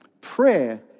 Prayer